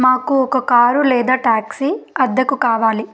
మాకు ఒక కారు లేదా ట్యాక్సీ అద్దెకు కావాలి